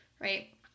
right